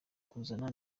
kuzana